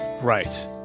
Right